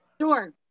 Sure